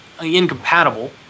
incompatible